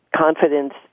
Confidence